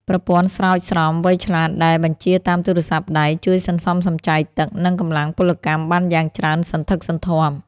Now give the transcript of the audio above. ប្រព័ន្ធស្រោចស្រពវៃឆ្លាតដែលបញ្ជាតាមទូរស័ព្ទដៃ ជួយសន្សំសំចៃទឹក និងកម្លាំងពលកម្មបានយ៉ាងច្រើនសន្ធឹកសន្ធាប់។